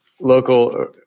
local